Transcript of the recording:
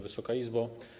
Wysoka Izbo!